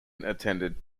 attended